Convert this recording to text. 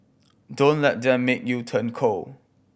don't let them make you turn cold